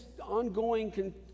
ongoing